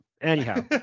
Anyhow